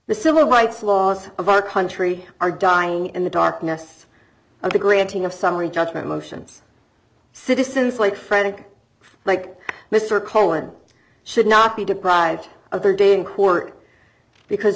the civil rights laws of our country are dying in the darkness of the granting of summary judgment motions citizens like frederick like mr cohen should not be deprived of their day in court because